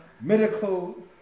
medical